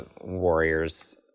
warriors